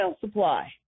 supply